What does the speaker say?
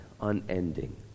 unending